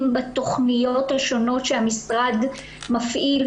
אם בתכניות השונות שהמשרד מפעיל,